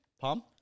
palm